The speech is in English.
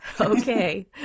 Okay